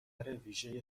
ویژه